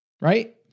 right